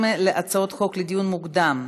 23 חברי כנסת בעד, אין מתנגדים, אין נמנעים.